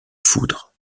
foudre